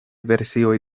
versioj